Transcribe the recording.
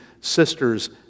sisters